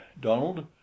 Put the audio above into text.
Donald